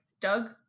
Doug